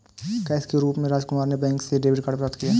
cash के रूप में राजकुमार ने बैंक से डेबिट प्राप्त किया